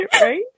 Right